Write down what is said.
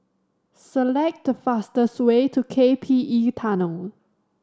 select the fastest way to K P E Tunnel